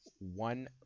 one